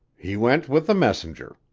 he went with the messenger,